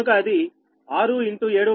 కనుక అది 6 7